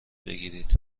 بگیرید